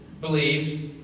believed